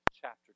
chapter